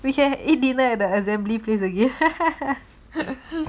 we can eat dinner at the assembly place again